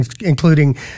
including